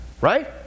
Right